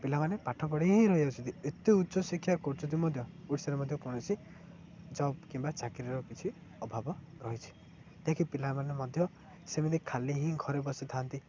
ପିଲାମାନେ ପାଠ ପଢ଼ି ହିଁହିଯାଉଛନ୍ତି ଏତେ ଉଚ୍ଚ ଶିକ୍ଷା କରୁଛନ୍ତି ମଧ୍ୟ ଓଡ଼ିଶାରେ ମଧ୍ୟ କୌଣସି ଜବ୍ କିମ୍ବା ଚାକିରୀର କିଛି ଅଭାବ ରହିଛି ଯାହାକି ପିଲାମାନେ ମଧ୍ୟ ସେମିତି ଖାଲି ହିଁ ଘରେ ବସିଥାନ୍ତି